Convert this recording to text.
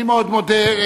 אני מאוד מודה.